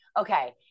okay